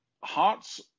Hearts